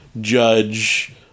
judge